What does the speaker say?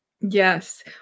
yes